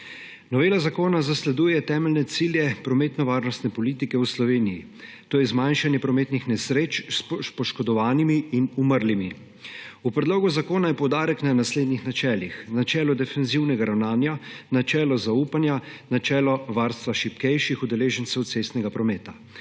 Novela zakona zasleduje temeljne cilje prometnovarnostne politike v Sloveniji, to je zmanjšanje prometnih nesreč s poškodovanimi in umrlimi. V predlogu zakona je poudarek na naslednjih načelih: načelo defenzivnega ravnanja, načelo zaupanja, načelo varstva šibkejših udeležencev cestnega prometa.